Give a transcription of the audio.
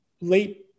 late